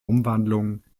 umwandlung